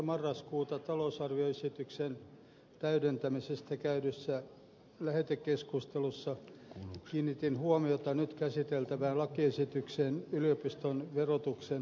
marraskuuta talousarvioesityksen täydentämisestä käydyssä lähetekeskustelussa kiinnitin huomiota nyt käsiteltävään lakiesitykseen yliopiston verotuksen poistamisesta